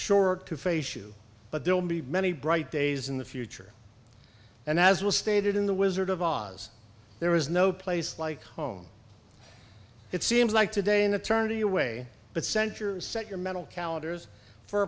sure to face you but there will be many bright days in the future and as was stated in the wizard of oz there is no place like home it seems like today an attorney away but center set your mental calendars for